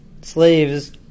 Slaves